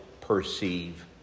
perceive